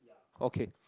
okay